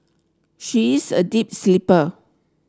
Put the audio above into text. she is a deep sleeper